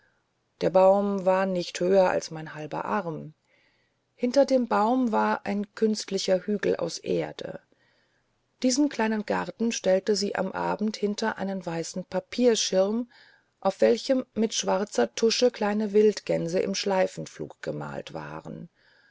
der baum war nicht höher als mein halber arm hinter dem baum war ein künstlicher hügel aus erde diesen kleinen garten stellte sie am abend hinter einen weißen papierschirm auf welchem mit schwarzer tusche kleine wildgänse im schleifenflug gemalt waren